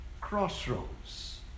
crossroads